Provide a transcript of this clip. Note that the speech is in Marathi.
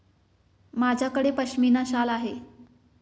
माझ्याकडे पश्मीना शाल आहे